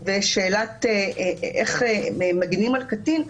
ושאלת איך מגנים על קטין,